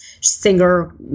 singer